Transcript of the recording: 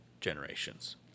generations